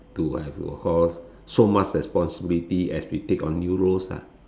to have to of course so much responsibility as we take on new roles ah